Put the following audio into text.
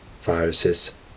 viruses